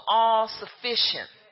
all-sufficient